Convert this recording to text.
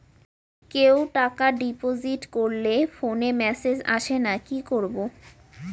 কেউ টাকা ডিপোজিট করলে ফোনে মেসেজ আসেনা কি করবো?